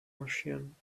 marschieren